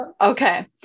Okay